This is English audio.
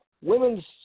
Women's